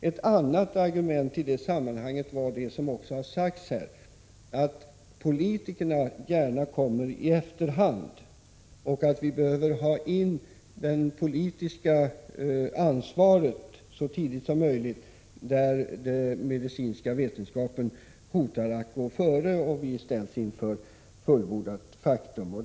Ett annat argument var — vilket också har sagts här — att politikerna lätt kommer i efterhand och att vi behöver ha in det politiska ansvaret så tidigt som möjligt, där den medicinska vetenskapen och utvecklingen hotar att gå före och vi ställs inför fullbordat faktum.